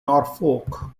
norfolk